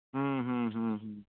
ᱦᱩᱸ ᱦᱩᱸ ᱦᱩᱸ ᱦᱩᱸ